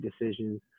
decisions